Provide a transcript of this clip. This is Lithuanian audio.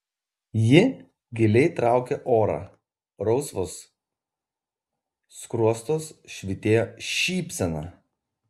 ji giliai traukė orą rausvuos skruostuos švytėjo šypsena